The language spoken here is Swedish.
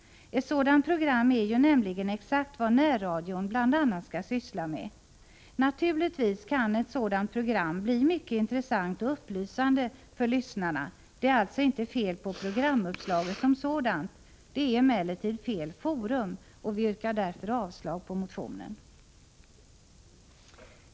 Ett sådant program är nämligen exakt vad närradion bl.a. skall syssla med. Naturligtvis kan ett sådant program bli mycket intressant och upplysande för lyssnarna. Det är alltså inte fel på programuppslaget som sådant. Det är emellertid fel forum. Vi yrkar därför avslag på motionen.